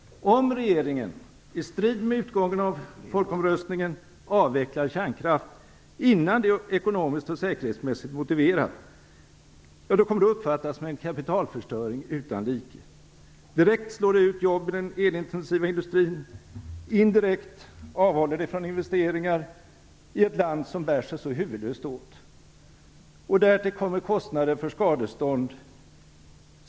Om regeringen, i strid med utgången av folkomröstningen, avvecklar kärnkraft innan det är ekonomiskt och säkerhetsmässigt motiverat, kommer det att uppfattas som en kapitalförstöring utan like. Direkt slår det ut jobben i den elintensiva industrin, och indirekt avhåller det från investeringar, i ett land som bär sig så huvudlöst åt. Därtill kommer kostnader för skadestånd.